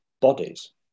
bodies